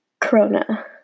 corona